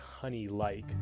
honey-like